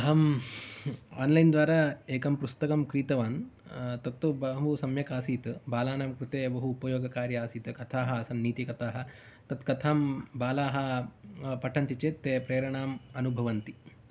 अहम् अन्लैन् द्वारा एकं पुस्तकं क्रीतवान् तत्तु बहु सम्यक् आसीत् बालानां कृते बहु उपयोगकारी आसीत् कथाः आसन् नीतिकथाः तत् कथां बालाः पठन्ति चेत् ते प्रेरणाम् अनुभवन्ति